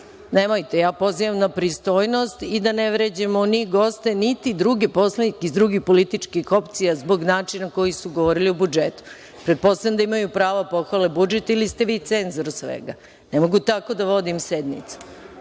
nemojte. Pozivam na pristojnost i da ne vređamo ni goste, niti druge poslanike iz drugih političkih opcija zbog načina na koji su govorili o budžetu. Pretpostavljam da imaju pravo da pohvale budžet ili ste vi cenzor svega. Ne mogu tako da vodim sednicu,